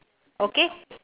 okay